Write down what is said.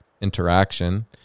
interaction